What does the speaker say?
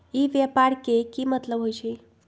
ई व्यापार के की मतलब होई छई?